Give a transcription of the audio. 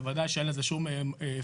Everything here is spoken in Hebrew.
בוודאי שאין לזה שום אפקט.